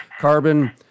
carbon